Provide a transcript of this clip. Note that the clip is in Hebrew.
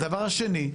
הדבר השני,